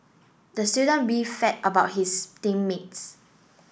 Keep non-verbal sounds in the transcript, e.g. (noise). the student (unintelligible) about his team mates